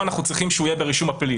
אנחנו צריכים שהוא יהיה ברישום הפלילי.